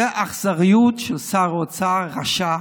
זאת אכזריות של שר אוצר רשע,